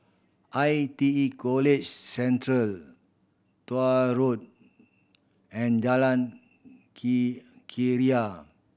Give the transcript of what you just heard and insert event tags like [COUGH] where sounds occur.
I T E College Central Tuah Road and Jalan [UNINTELLIGIBLE] Keria